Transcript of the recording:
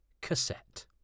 cassette